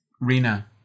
Rina